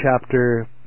chapter